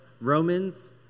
Romans